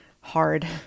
hard